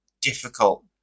difficult